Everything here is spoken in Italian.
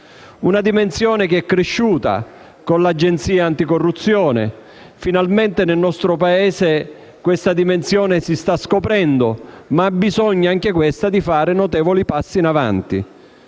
una dimensione che è cresciuta con l'Agenzia anticorruzione. Finalmente nel nostro Paese questa dimensione si sta scoprendo, ma ha bisogno anch'essa di fare notevoli passi in avanti.